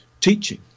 teaching